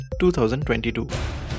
2022